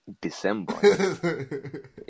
December